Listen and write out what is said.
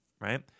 right